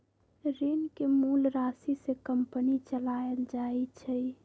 ऋण के मूल राशि से कंपनी चलाएल जाई छई